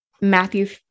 Matthew